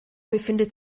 befindet